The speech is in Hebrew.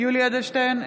יולי יואל אדלשטיין,